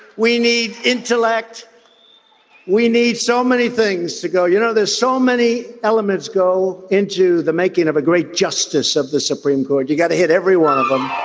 we need intellect we need so many things to go. you know there's so many elements go into the making of a great justice of the supreme court. you got to hit every one of them